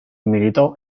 militò